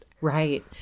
Right